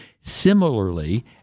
Similarly